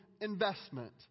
investment